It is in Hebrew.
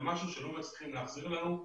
וזה משהו שלא מצליחים להחזיר לנו.